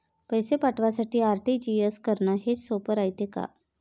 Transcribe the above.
पैसे पाठवासाठी आर.टी.जी.एस करन हेच सोप रायते का?